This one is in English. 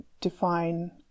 define